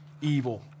evil